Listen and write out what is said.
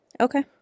Okay